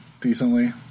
decently